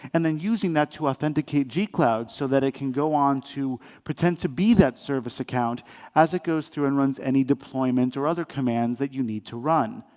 and then using that to authenticate g cloud so that it can go on, pretend to be that service account as it goes through and runs any deployment or other commands that you need to run.